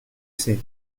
c’est